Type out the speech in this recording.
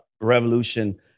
Revolution